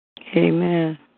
Amen